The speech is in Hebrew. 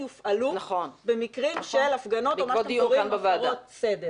יופעלו בעקבות מקרים של הפגנות או מה שאתם קוראים הפרות סדר.